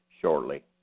shortly